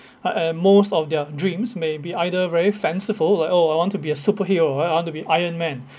right and most of their dreams may be either very fanciful like oh I want to be a superhero right I want to be iron man